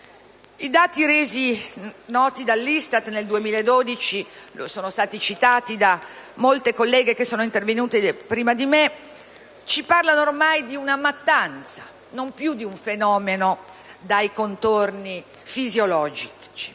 I dati resi noti dall'ISTAT nel 2012, citati da molte colleghe intervenute prima di me, ci parlano ormai di una mattanza, non più di un fenomeno dai contorni fisiologici.